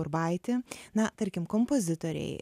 urbaitį na tarkim kompozitoriai